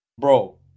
Bro